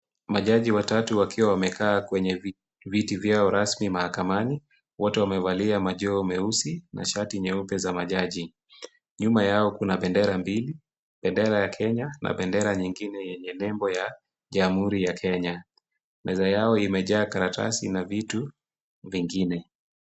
Majaji watatu wakiwa wamekaa kwenye viti vyao rasmi mahakamani. Wote wamevalia majoho meusi na shati nyeupe za majaji. Nyuma yao kuna bendera mbili, bendera ya Kenya na bendera nyingine yenye nembo ya jamhuri ya Kenya. Meza yao imejaa karatasi na vitu vingine.